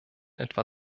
etwa